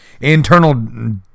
internal